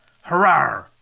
hurrah